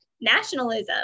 nationalism